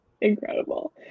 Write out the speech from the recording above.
Incredible